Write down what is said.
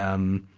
um,